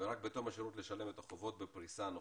ורק בתום השירות לשלם את החובות בפריסה נוחה.